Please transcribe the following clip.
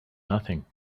nothing